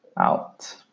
out